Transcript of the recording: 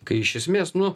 kai iš esmės nu